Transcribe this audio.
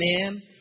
Amen